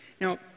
Now